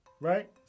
Right